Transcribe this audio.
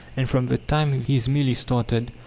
and from the time his mill is started,